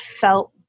felt